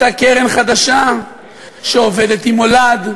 אותה קרן חדשה שעובדת עם "מולד",